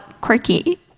quirky